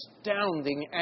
astounding